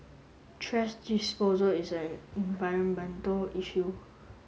trash disposal is an environmental issue